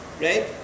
right